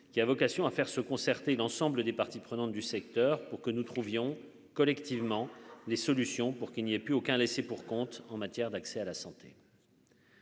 qui a vocation à faire, se concerter, l'ensemble des parties prenantes du secteur pour que nous trouvions collectivement des solutions pour qu'il n'y ait plus aucun laissés pour compte en matière d'accès à la santé.